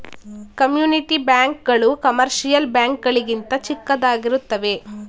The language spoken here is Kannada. ಕಮ್ಯುನಿಟಿ ಬ್ಯಾಂಕ್ ಗಳು ಕಮರ್ಷಿಯಲ್ ಬ್ಯಾಂಕ್ ಗಳಿಗಿಂತ ಚಿಕ್ಕದಾಗಿರುತ್ತವೆ